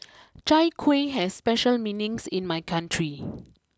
Chai Kueh has special meanings in my country